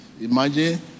Imagine